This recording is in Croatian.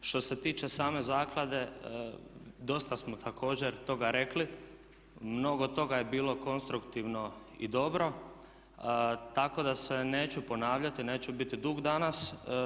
Što se tiče same zaklade dosta smo također toga rekli, mnogo toga je bilo konstruktivno i dobro tako da se neću ponavljati, neću biti dug danas.